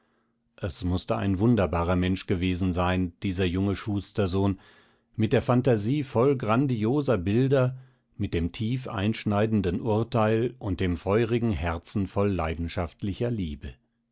es mußte ein wunderbarer mensch gewesen sein dieser junge schustersohn mit der phantasie voll grandioser bilder mit dem tiefeinschneidenden urteil und dem feurigen herzen voll leidenschaftlicher liebe